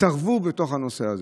יתערבו בנושא הזה.